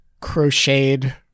crocheted